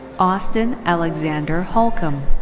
austin alexander holcomb.